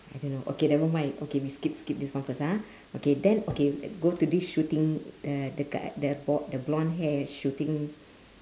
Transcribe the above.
I don't know okay nevermind okay we skip skip this one first ah okay then okay go to this shooting uh the g~ the b~ the blonde hair shooting